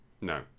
No